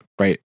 right